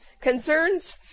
concerns